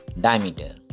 diameter